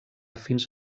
fins